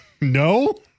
No